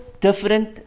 different